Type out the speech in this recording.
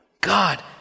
God